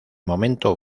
momento